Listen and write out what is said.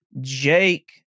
Jake